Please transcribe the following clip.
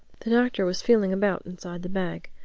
the doctor was feeling about inside the bag.